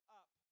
up